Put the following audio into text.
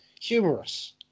humorous